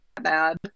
bad